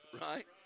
right